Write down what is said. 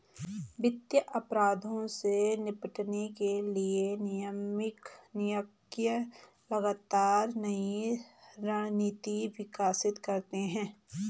वित्तीय अपराधों से निपटने के लिए नियामक निकाय लगातार नई रणनीति विकसित करते हैं